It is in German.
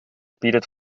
bietet